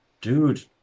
dude